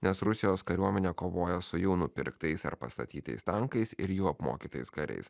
nes rusijos kariuomenė kovoja su jau nupirktais ar pastatytais tankais ir jų apmokytais kariais